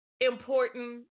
important